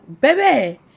Baby